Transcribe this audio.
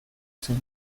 zen